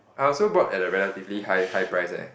I also bought at a relatively high high price eh